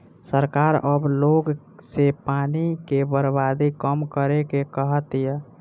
सरकार अब लोग से पानी के बर्बादी कम करे के कहा तिया